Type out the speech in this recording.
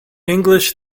english